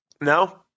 No